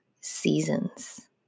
seasons